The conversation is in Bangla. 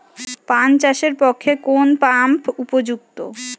পান চাষের পক্ষে কোন পাম্প উপযুক্ত?